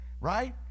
right